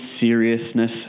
seriousness